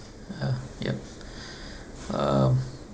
uh yup um